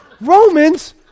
Romans